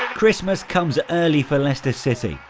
christmas comes early for leicester city,